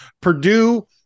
Purdue